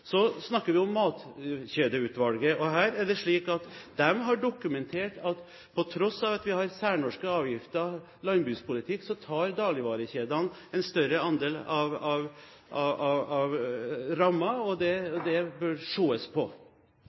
Så snakker vi om Matkjedeutvalget. Her er det slik at de har dokumentert at på tross av at vi har særnorske avgifter i landbrukspolitikken, så tar dagligvarekjedene en større andel av rammen, og det bør ses på. Svaret til statsråden bekymrer meg, for statsråden sier at det